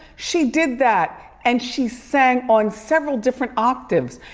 she did that. and she sang on several different octaves.